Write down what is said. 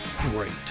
great